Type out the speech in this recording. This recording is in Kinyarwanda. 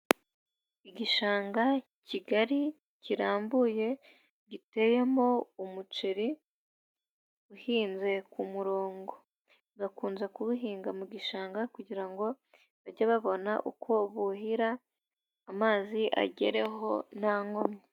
Igishanga kigari, kirambuye, giteyemo umuceri uhinze ku murongo, bakunze kuwuhinga mu gishanga kugira ngo bajye babona uko buhira amazi agereho nta nkomyi.